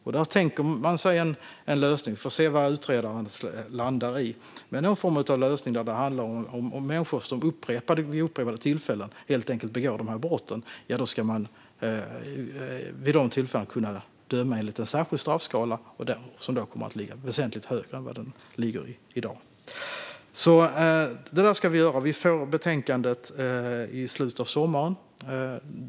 Vi får se vad utredaren landar i, men man tänker sig någon form av lösning där det handlar om att döma enligt en särskild straffskala, som ligger väsentligt högre än den gör i dag, när det gäller människor som vid upprepade tillfällen begår de här brotten. Detta ska vi göra. Vi får betänkandet i slutet av sommaren.